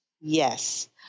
yes